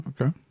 Okay